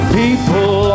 people